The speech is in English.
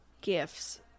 gifts